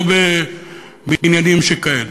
לא בעניינים שכאלה.